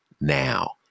now